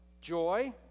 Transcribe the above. joy